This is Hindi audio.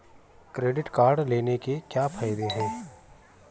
क्रेडिट कार्ड लेने के क्या फायदे हैं?